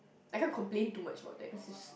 I can't complain too much about that because is